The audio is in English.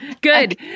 good